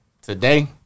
Today